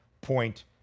point